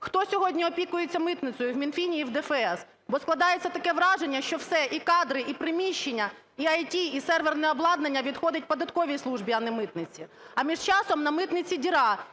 Хто сьогодні опікується митницею в Мінфіні і в ДФС? Бо складається таке враження, що все: і кадри, і приміщення, і ІТ, і серверне обладнання – відходить податковій службі, а не митниці. А, між часом, на митниці діра.